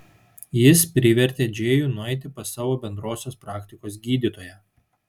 jis privertė džėjų nueiti pas savo bendrosios praktikos gydytoją